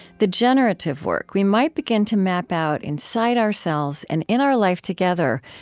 the generative work we might begin to map out inside ourselves and in our life together,